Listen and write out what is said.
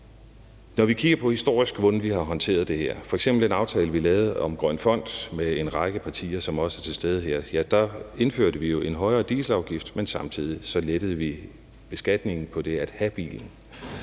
på, hvordan vi historisk har håndteret det her, f.eks. med den aftale, vi lavede om Grøn Fond med en række partier, som også er til stede her. Der indførte vi jo en højere dieselafgift, men samtidig lettede vi beskatningen på det at have bil.